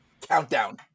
Countdown